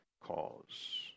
cause